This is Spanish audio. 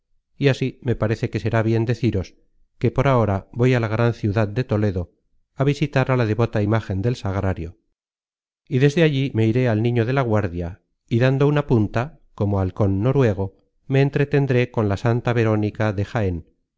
y así me parece que será bien deciros que por ahora voy á la gran ciudad de toledo á visitar á la devota imágen del sagrario y desde allí me iré al niño de la guardia y dando una punta como halcon noruego me entretendré con la santa verónica de jaen